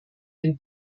den